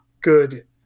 good